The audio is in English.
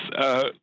Yes